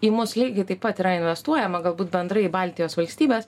į mus lygiai taip pat yra investuojama galbūt bendrai į baltijos valstybes